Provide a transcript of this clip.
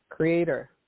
Creator